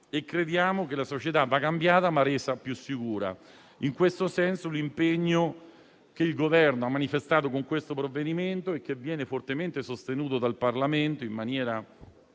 crediamo che la società vada cambiata e resa più sicura. In questo senso, l'impegno che il Governo ha manifestato con il provvedimento in esame viene fortemente sostenuto dal Parlamento in maniera